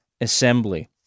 assembly